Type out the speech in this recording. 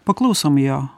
paklausom jo